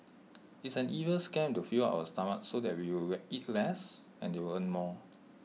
it's an evil scam to fill up our stomachs so that we will eat less and they'll earn more